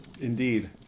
Indeed